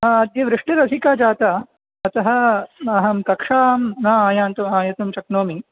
अद्य वृष्टिर् अधिका जाता अतः अहं कक्षां न आगन्तुं आयातुं शक्नोमि